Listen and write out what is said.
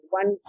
one